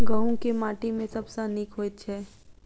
गहूम केँ माटि मे सबसँ नीक होइत छै?